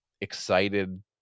excited